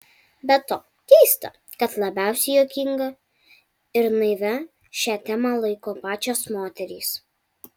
be to keista kad labiausiai juokinga ir naivia šią temą laiko pačios moterys